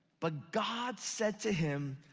but god said to him,